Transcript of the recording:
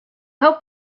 hope